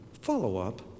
follow-up